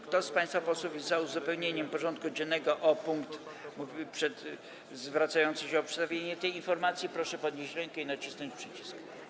Kto z państwa posłów jest za uzupełnieniem porządku dziennego o punkt obejmujący przedstawienie tej informacji, proszę podnieść rękę i nacisnąć przycisk.